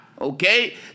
okay